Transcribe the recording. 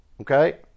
okay